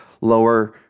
lower